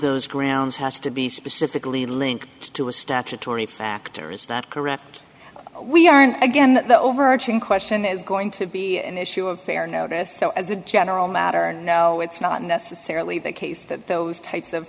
those grounds has to be specifically linked to a statutory factor is that correct we are in again the overarching question is going to be an issue of fair notice so as a general matter no it's not necessarily the case that those types of